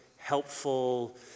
helpful